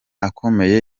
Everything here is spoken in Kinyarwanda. akomeye